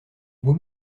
beau